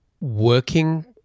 working